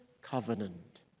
covenant